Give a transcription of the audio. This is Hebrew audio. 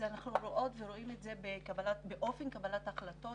אנחנו רואות ורואים את זה באופן קבלת ההחלטות,